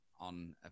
on